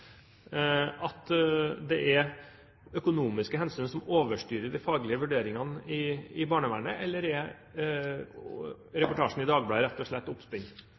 at det er økonomiske hensyn som overstyrer de faglige vurderingene i barnevernet, eller er reportasjen i Dagbladet rett og slett